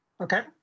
Okay